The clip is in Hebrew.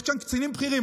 יש כאן קצינים בכירים,